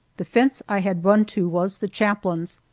the fence i had run to was the chaplain's,